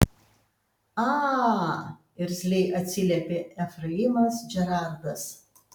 a irzliai atsiliepė efraimas džerardas